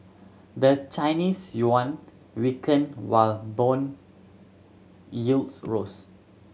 the Chinese yuan weakened while bond yields rose